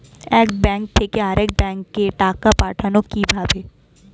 এক ব্যাংক থেকে আরেক ব্যাংকে টাকা পাঠাবো কিভাবে?